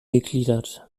gegliedert